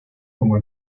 como